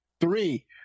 Three